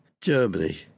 Germany